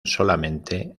solamente